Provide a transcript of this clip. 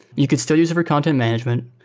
you could still use of a content management,